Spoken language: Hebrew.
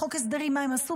בחוק ההסדרים מה הם עשו?